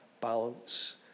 balance